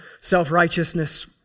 self-righteousness